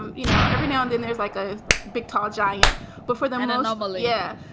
um you know, every now and then there's like a big tall giant before them and a novel. yeah.